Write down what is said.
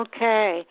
Okay